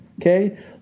Okay